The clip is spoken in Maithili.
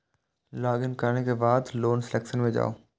लॉग इन करै के बाद लोन सेक्शन मे जाउ